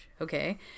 okay